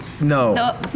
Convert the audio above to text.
No